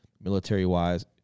military-wise